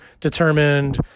determined